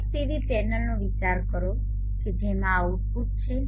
એક પીવી પેનલનો વિચાર કરો કે જેમાં આ આઉટપુટ છે